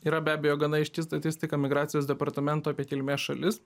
yra be abejo gana aiški statistika migracijos departamento apie kilmės šalis